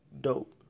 dope